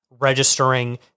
registering